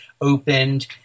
opened